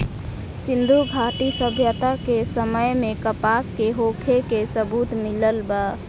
सिंधुघाटी सभ्यता के समय में कपास के होखे के सबूत मिलल बा